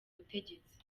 butegetsi